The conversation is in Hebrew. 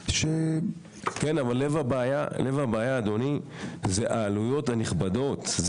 כן, אבל לב הבעיה, אדוני, הוא העלויות הנכבדות.